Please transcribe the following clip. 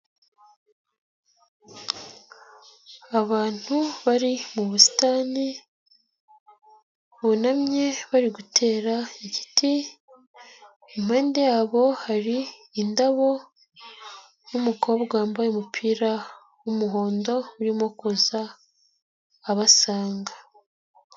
Abantu bari mu busitani bunamye bari gutera igiti, impande yabo hari indabo n'umukobwa wambaye umupira w'umuhondo urimo kuza abasanga.